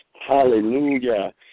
Hallelujah